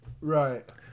Right